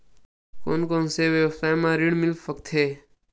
कोन कोन से व्यवसाय बर ऋण मिल सकथे?